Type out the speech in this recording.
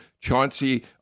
Chauncey